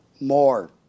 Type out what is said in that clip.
more